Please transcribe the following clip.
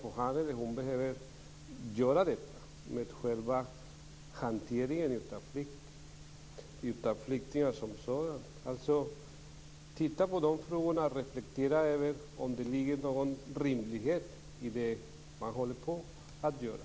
Vad har det med hanteringen av flyktingar som sådana? Titta på dessa frågor och reflektera över om det ligger någon rimlighet i det som håller på att ske.